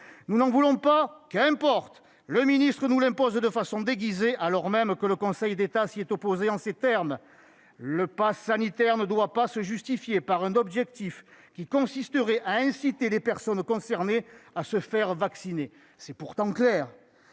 Nous n'en voulons pas ? Qu'importe ! Le ministre nous l'impose de façon déguisée, alors même que le Conseil d'État s'y est opposé en ces termes : Le passe sanitaire ne doit pas « être justifié [...] par un objectif qui consisterait à inciter les personnes concernées à se faire vacciner ». C'est pourtant clair.